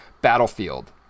Battlefield